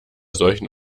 solchen